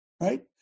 right